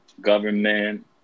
government